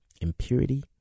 impurity